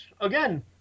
again